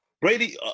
Brady